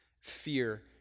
fear